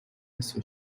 نصفه